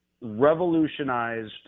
revolutionized